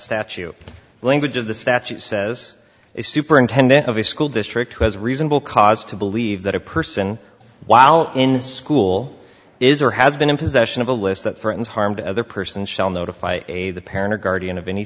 statue language of the statute says the superintendent of the school district has reasonable cause to believe that a person while in school is or has been in possession of a list that threatens harm to other person shall notify a the parent or guardian of any